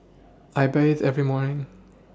I bathe every morning